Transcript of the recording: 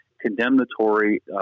condemnatory